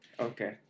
Okay